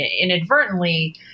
inadvertently